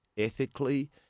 ethically